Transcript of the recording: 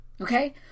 Okay